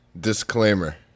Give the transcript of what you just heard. Disclaimer